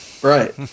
right